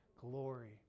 glory